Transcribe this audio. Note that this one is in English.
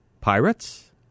Pirates